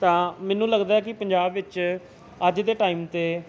ਤਾਂ ਮੈਨੂੰ ਲੱਗਦਾ ਕਿ ਪੰਜਾਬ ਵਿੱਚ ਅੱਜ ਦੇ ਟਾਈਮ 'ਤੇ